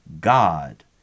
god